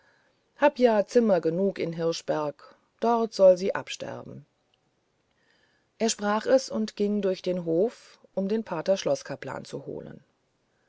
habe ja zimmer genug in hirschberg und dort soll sie absterben er sprach es und ging durch den hof um den pater schloßkapellan zu holen